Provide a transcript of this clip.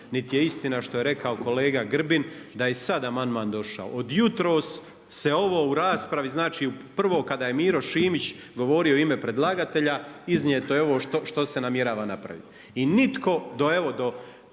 Niti je istina što je rekao kolega Grbin, da i je i sada amandman došao. Od jutros se ovo u raspravi, znači, prvo kada je Miro Šimić, govorio u ime predlagatelja, iznijeto je ovo što se namjerava napraviti. I nitko, do evo do